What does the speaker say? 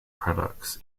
products